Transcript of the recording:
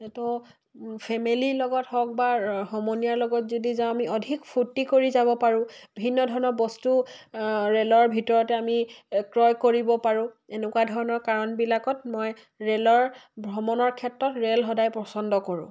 এইটো ফেমিলিৰ লগত হওক বা সমনীয়াৰ লগত যদি যাওঁ আমি অধিক ফূৰ্তি কৰি যাব পাৰোঁ ভিন্ন ধৰণৰ বস্তু ৰেলৰ ভিতৰতে আমি ক্ৰয় কৰিব পাৰোঁ এনেকুৱা ধৰণৰ কাৰণবিলাকত মই ৰেলৰ ভ্ৰমণৰ ক্ষেত্ৰত ৰেল সদায় পচন্দ কৰোঁ